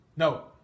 No